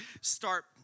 start